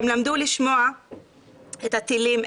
הם למדו לשמוע את הטילים,